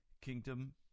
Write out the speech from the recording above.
Kingdom